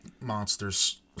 monsters